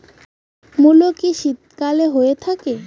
মূলো কি শীতকালে হয়ে থাকে?